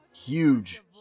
huge